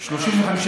מעט מדי.